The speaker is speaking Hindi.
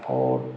और